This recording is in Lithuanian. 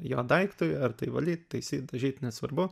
jo daiktui ar tai valyt taisyt dažyt nesvarbu